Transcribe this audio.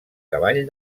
cavall